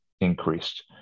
increased